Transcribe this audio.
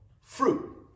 fruit